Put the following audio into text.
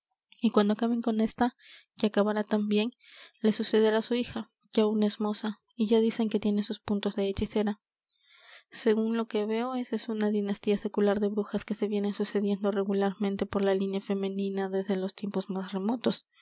y cuando acaben con ésta que acabarán también le sucederá su hija que aún es moza y ya dicen que tiene sus puntos de hechicera según lo que veo esa es una dinastía secular de brujas que se vienen sucediendo regularmente por la línea femenina desde los tiempos más remotos